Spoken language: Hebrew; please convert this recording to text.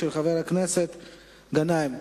של חבר הכנסת מסעוד גנאים,